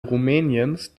rumäniens